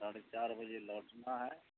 ساڑھے چار بجے لوٹنا ہے